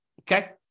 Okay